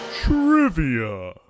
Trivia